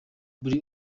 buri